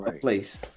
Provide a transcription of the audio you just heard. place